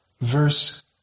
verse